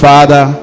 Father